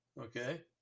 Okay